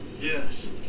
Yes